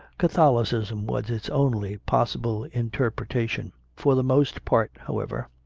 catholicism was its only possible interpretation. for the most part, however,